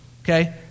okay